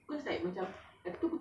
peo~ ah manusia